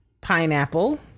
pineapple